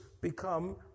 become